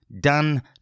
Done